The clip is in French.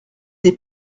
des